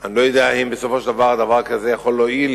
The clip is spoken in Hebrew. אני לא יודע אם בסופו של דבר דבר כזה יכול להועיל